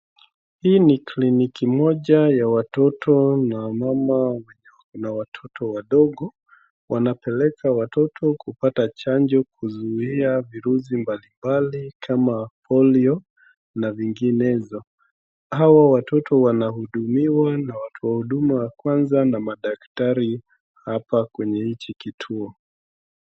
Hii ni kliniki moja ya watoto na mama na watoto wadogo. Wanapeleka watoto kupata chanjo kuzuia virusi mbalimbali kama polio na vinginezo. Hawa watoto wanahudumiwa na wahuduma wa kwanza na madaktari hapa kwenye hichi kituo.